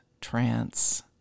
trance